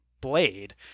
blade